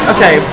Okay